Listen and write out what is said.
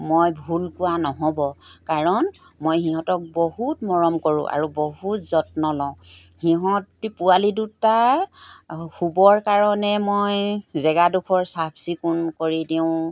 মই ভুল কোৱা নহ'ব কাৰণ মই সিহঁতক বহুত মৰম কৰোঁ আৰু বহুত যত্ন লওঁ সিহঁতি পোৱালি দুটা শুবৰ কাৰণে মই জেগাডোখৰ চাফ চিকুণ কৰি দিওঁ